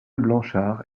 blanchard